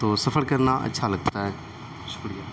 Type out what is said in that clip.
تو سفر کرنا اچھا لگتا ہے شکریہ